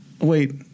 wait